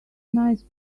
nice